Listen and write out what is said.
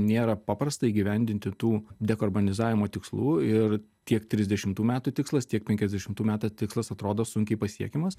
nėra paprasta įgyvendinti tų dekarbonizavimo tikslų ir tiek trisdešimtų metų tikslas tiek penkiasdešimtų meto tikslas atrodo sunkiai pasiekiamas